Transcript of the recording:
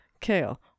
kale